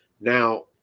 Now